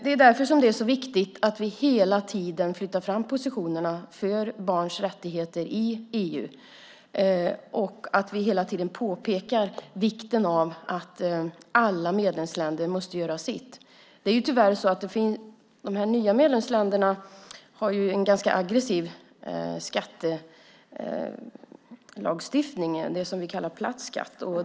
Det är därför det är så viktigt att vi hela tiden flyttar fram positionerna för barns rättigheter i EU och hela tiden påpekar vikten av att alla medlemsländer måste göra sitt. De nya medlemsländerna har en ganska aggressiv skattelagstiftning och det vi kallar platt skatt.